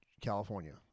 California